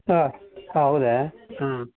ಹಾಂ ಹೌದಾ